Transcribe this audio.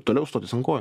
toliau stotis ant kojų